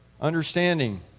understanding